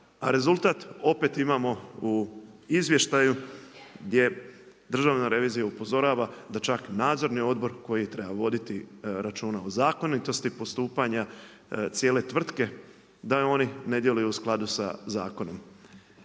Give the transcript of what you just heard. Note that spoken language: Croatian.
a rezultat opet imamo u izvještaju gdje Državna revizija upozorava da čak nadzorni odbor, koji treba voditi, računa o zakonitosti postupanja cijele tvrtke, da oni ne djeluju u skladnu s zakonom.